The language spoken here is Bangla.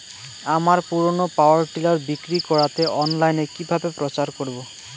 আমার পুরনো পাওয়ার টিলার বিক্রি করাতে অনলাইনে কিভাবে প্রচার করব?